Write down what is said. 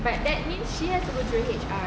but that means she has go through H_R